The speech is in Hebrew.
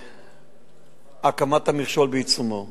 הקמת המכשול בעיצומו.